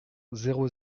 zéro